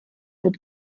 wird